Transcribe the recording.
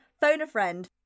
phone-a-friend